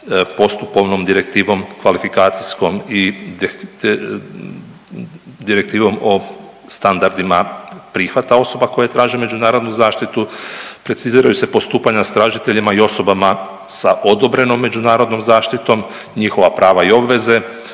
postupovnom direktivom kvalifikacijskom i Direktivom o standardima prihvata osoba koje traže međunarodnu zaštitu. Preciziraju se postupanja s tražiteljima i osobama sa odobrenom međunarodnom zaštitom, njihova prava i obveze